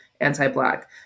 anti-black